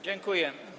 Dziękuję.